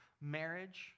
marriage